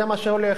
זה מה שהולך.